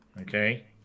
Okay